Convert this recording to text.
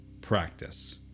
practice